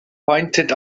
pointed